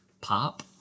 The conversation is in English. pop